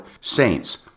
Saints